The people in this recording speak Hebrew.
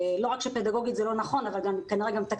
לא רק שפדגוגית זה לא נכון אלא כנראה גם מבחינה